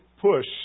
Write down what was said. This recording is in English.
push